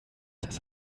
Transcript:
das